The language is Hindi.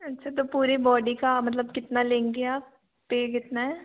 ऐसे तो पूरी बॉडी का मतलब कितना लेंगे आप पे कितना है